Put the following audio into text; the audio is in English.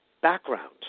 background